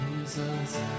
jesus